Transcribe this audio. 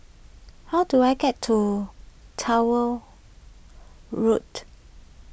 how do I get to Towner Road